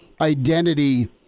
identity